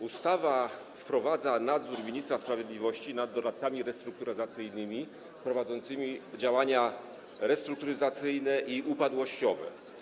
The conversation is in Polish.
Ustawa wprowadza nadzór ministra sprawiedliwości nad doradcami restrukturyzacyjnymi prowadzącymi działania restrukturyzacyjne i upadłościowe.